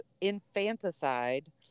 infanticide